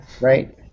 right